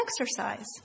exercise